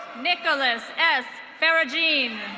nicholas s farajean.